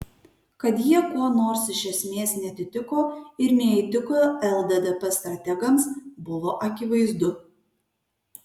kad jie kuo nors iš esmės neatitiko ir neįtiko lddp strategams buvo akivaizdu